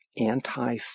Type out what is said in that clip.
anti